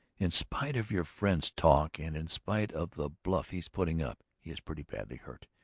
in spite of your friend's talk and in spite of the bluff he is putting up he is pretty badly hurt.